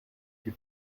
die